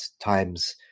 times